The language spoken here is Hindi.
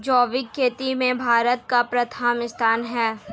जैविक खेती में भारत का प्रथम स्थान है